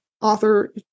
author